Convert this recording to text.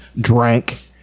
drank